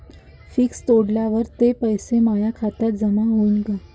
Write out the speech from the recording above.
Fix तोडल्यावर ते पैसे माया खात्यात जमा होईनं का?